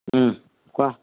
কোৱা